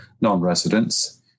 non-residents